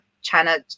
China